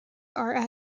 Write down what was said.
are